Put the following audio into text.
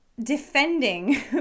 defending